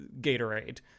Gatorade